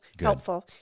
Helpful